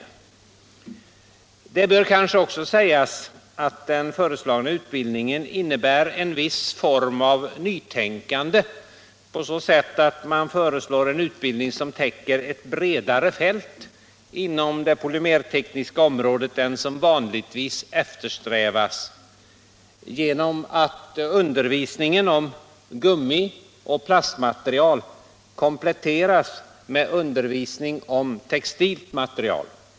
Det bör kanske också sägas att den föreslagna utbildningen innebär en viss form av nytänkande på så sätt att man föreslår en utbildning som täcker ett bredare fält inom det polymertekniska området än vad som vanligtvis eftersträvas, genom att undervisningen om gummi och plastmaterial kompletteras med undervisning om textilt material.